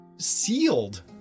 Sealed